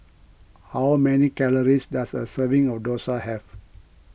how many calories does a serving of Dosa have